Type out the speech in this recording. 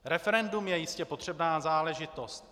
Referendum je jistě potřebná záležitost.